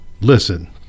Listen